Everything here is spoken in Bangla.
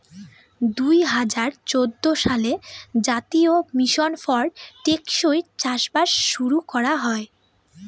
দুই হাজার চৌদ্দ সালে জাতীয় মিশন ফর টেকসই চাষবাস শুরু করা হয়